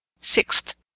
Sixth